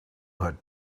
had